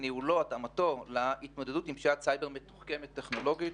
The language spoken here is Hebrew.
ניהולו והתאמתו להתמודדות עם פשיעת סייבר מתוחכמת טכנולוגית.